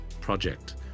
project